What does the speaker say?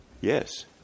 Yes